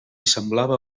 semblava